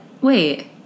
Wait